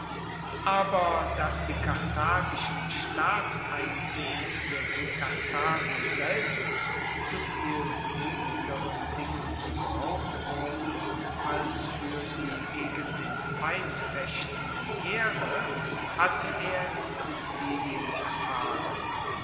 aber dass die karthagischen staatseinkuenfte in karthago selbst zu viel noetigeren dingen gebraucht wurden als fuer die gegen den feind fechtenden heere hatte er in sizilien erfahren